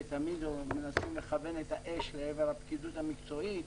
מנסים לכוון את האש לעבר הפקידות המקצועית,